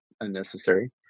unnecessary